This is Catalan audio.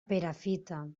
perafita